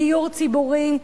דיור ציבורי.